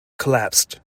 collapsed